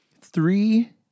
three